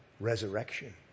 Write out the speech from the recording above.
Resurrection